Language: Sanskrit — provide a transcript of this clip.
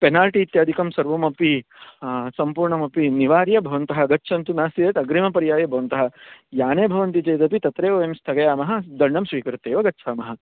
पेनाल्टि इत्यादिकं सर्वमपि सम्पूर्णमपि निवार्य भवन्तः गच्छन्तु नास्ति चेत् अग्रिमपर्याये भवन्तः याने भवन्ति चेदपि तत्रैव वयं स्थगयामः दण्डं स्वीकृत्येव गच्छामः